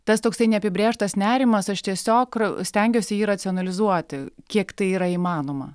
tas toksai neapibrėžtas nerimas aš tiesiog stengiuosi jį racionalizuoti kiek tai yra įmanoma